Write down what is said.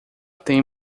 tem